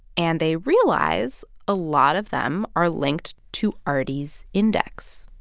and they realize a lot of them are linked to arty's index.